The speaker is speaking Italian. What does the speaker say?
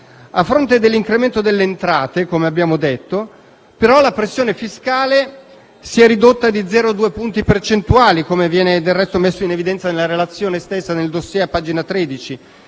A fronte dell'incremento delle entrate, come abbiamo detto, però, la pressione fiscale si è ridotta di 0,2 punti percentuali, come, del resto, viene messo in evidenza nella relazione stessa e nel *dossier* a pagina 13: